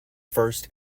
first